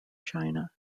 china